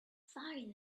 firing